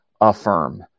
affirm